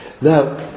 now